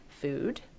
food